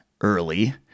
early